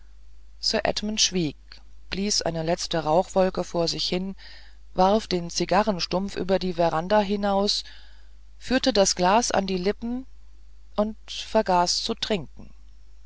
sir edmund schwieg blies eine letzte rauchwolke von sich warf den zigarrenstumpf über die veranda hinaus führte das glas an seine lippen und vergaß zu trinken